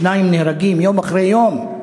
שניים נהרגים יום אחרי יום,